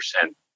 percent